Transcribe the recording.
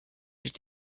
durch